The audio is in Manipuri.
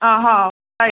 ꯑꯥ ꯍꯥꯎ ꯇꯥꯏꯌꯦ